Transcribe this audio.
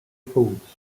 foods